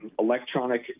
electronic